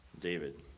David